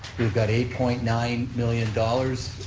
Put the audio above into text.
we've got eight point nine million dollars